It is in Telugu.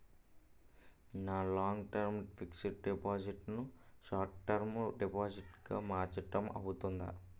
నా లాంగ్ టర్మ్ ఫిక్సడ్ డిపాజిట్ ను షార్ట్ టర్మ్ డిపాజిట్ గా మార్చటం అవ్తుందా?